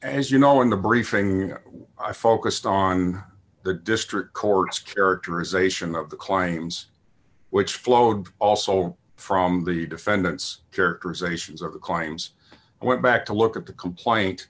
as you know in the briefing i focused on the district court's characterization of the climbs which flowed also from the defendant's characterizations of the climbs i went back to look at the complaint